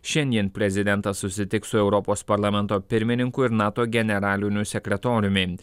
šiandien prezidentas susitiks su europos parlamento pirmininku ir nato generaliniu sekretoriumi